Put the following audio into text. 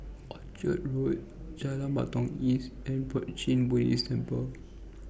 Orchard Road Jalan Batalong East and Puat Jit Buddhist Temple